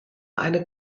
eine